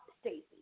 Stacey